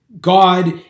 God